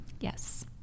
yes